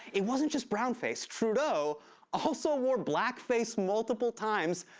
it wasn't just brownface. trudeau also wore blackface multiple times,